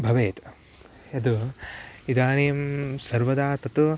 भवेत् यद् इदानीं सर्वदा तत्